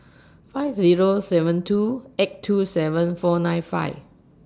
five Zero seven two eight two seven four nine five